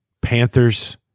Panthers